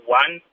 one